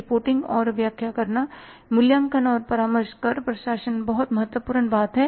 reporting और व्याख्या करना मूल्यांकन और परामर्श कर प्रशासन बहुत महत्वपूर्ण बात है